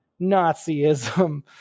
Nazism